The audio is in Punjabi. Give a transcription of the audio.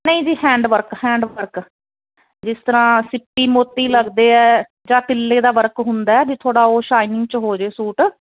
ਨਹੀਂ ਜੀ ਹੈਂਡਵਰਕ ਹੈਂਡਵਰਕ ਜਿਸ ਤਰ੍ਹਾਂ ਸਿੱਪੀ ਮੋਤੀ ਲੱਗਦੇ ਹੈ ਜਾਂ ਤਿੱਲੇ ਦਾ ਵਰਕ ਹੁੰਦਾ ਜੇ ਥੋੜ੍ਹਾ ਉਹ ਸ਼ਾਇਨਿੰਗ 'ਚ ਹੋ ਜਾਏ ਸੂਟ